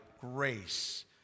grace